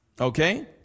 Okay